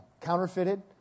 counterfeited